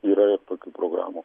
yra ir tokių programų